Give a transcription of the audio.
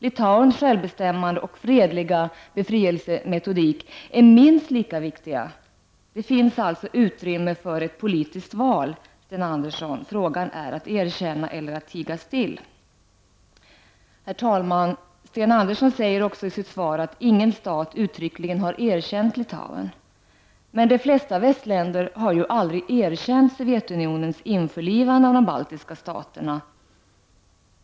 Litauens självbestämmande och fredliga befrielsemetod är någonting minst lika viktigt. Det finns alltså utrymme för ett politiskt val, Sten Andersson. Frågan är att erkänna eller att tiga still. Herr talman! Sten Andersson säger i sitt svar att ingen stat uttryckligen har erkänt Litauen, men de flesta västländer har aldrig erkänt Sovjetunionens införlivande av de baltiska staterna.